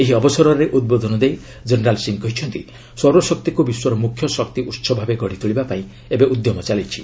ଏହି ଅବସରରେ ଉଦ୍ବୋଧନ ଦେଇ ଜେନେରାଲ ସିଂ କହିଛନ୍ତି ସୌରଶକ୍ତିକୁ ବିଶ୍ୱର ମୁଖ୍ୟ ଶକ୍ତି ଉହ ଭାବେ ଗଢ଼ିତୋଳିବା ପାଇଁ ଉଦ୍ୟମ ଚାଲିଛି